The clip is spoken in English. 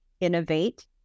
innovate